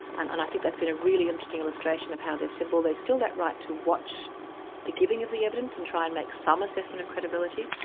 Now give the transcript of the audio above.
and and i think that's been a really interesting illustration of how they've said, well, there's still that right to watch the giving of the evidence, and try and make some assessment of credibility,